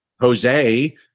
Jose